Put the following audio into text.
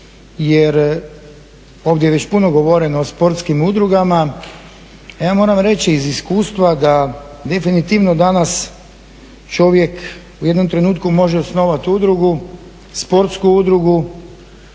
Jer, ovdje je već puno govoreno o sportskim udrugama, a ja moram reći iz iskustva da definitivno danas čovjek u jednom trenutku može osnovat udrugu, sportsku udrugu,